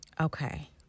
Okay